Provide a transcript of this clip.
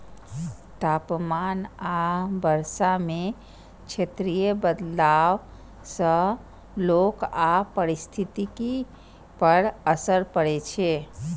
तापमान आ वर्षा मे क्षेत्रीय बदलाव सं लोक आ पारिस्थितिकी पर असर पड़ै छै